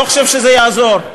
לא חושב שזה יעזור.